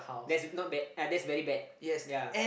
that's not bad uh that's very bad ya